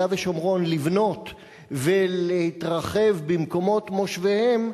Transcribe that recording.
ושומרון לבנות ולהתרחב במקומות מושביהם,